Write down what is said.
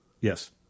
Yes